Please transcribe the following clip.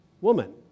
woman